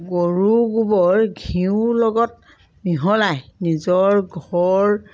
গৰু গোবৰ ঘিউ লগত মিহলাই নিজৰ ঘৰ